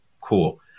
Cool